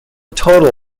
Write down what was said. total